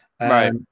right